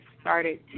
started